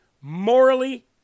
morally